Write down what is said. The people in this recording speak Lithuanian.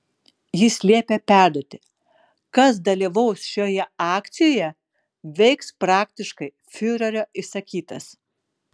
jis liepė perduoti kas dalyvaus šioje akcijoje veiks praktiškai fiurerio įsakytas